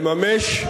לממש,